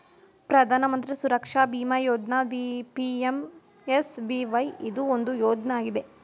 ಪ್ರಧಾನ ಮಂತ್ರಿ ಸುರಕ್ಷಾ ಬಿಮಾ ಯೋಜ್ನ ಪಿ.ಎಂ.ಎಸ್.ಬಿ.ವೈ ಇದು ಒಂದು ಯೋಜ್ನ ಆಗಿದೆ